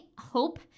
hope